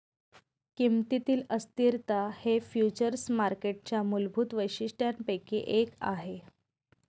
किमतीतील अस्थिरता हे फ्युचर्स मार्केटच्या मूलभूत वैशिष्ट्यांपैकी एक आहे